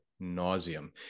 nauseum